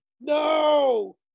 No